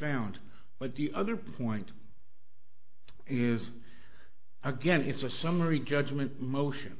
found but the other point is again it's a summary judgment motion